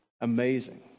amazing